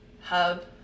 hub